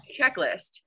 checklist